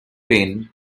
pain